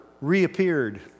reappeared